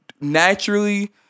naturally